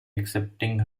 accepting